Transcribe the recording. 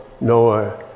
Noah